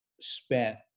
spent